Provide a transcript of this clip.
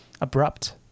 Abrupt